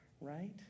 Right